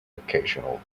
occasional